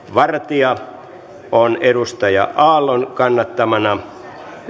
vartia on touko aallon kannattamana